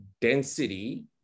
density